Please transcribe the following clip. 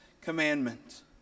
commandments